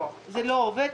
לא, זה לא עובד.